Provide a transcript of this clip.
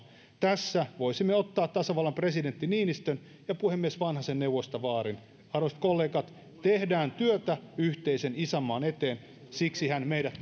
tässä voisimme ottaa tasavallan presidentti niinistön ja puhemies vanhasen neuvoista vaarin arvoisat kollegat tehdään työtä yhteisen isänmaan eteen siksihän meidät